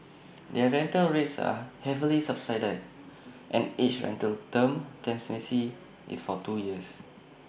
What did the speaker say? their rental rates are heavily subsidised and each rental term tenancy is for two years